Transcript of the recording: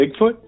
Bigfoot